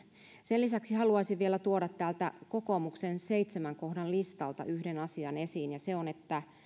sen lisäksi haluaisin vielä tuoda täältä kokoomuksen seitsemän kohdan listalta yhden asian esiin ja se on että